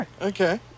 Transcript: Okay